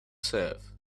serve